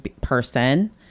person